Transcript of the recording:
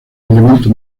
elemento